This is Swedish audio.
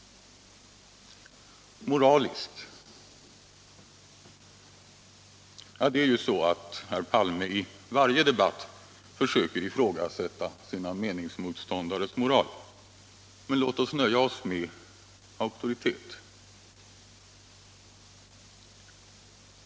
Moral — ja, det är ju så, att herr Palme i varje debatt försöker ifrågasätta sina meningsmotståndares moral, men låt oss nöja oss med ”auktoritet”.